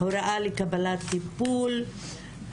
(הוראה לקבלת טיפול).